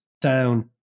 down